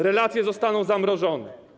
Relacje zostaną zamrożone.